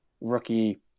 rookie